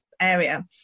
area